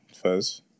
first